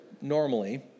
normally